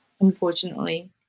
Unfortunately